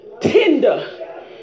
Tender